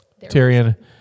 Tyrion